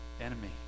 enemy